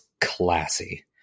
classy